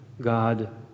God